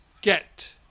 get